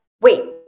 wait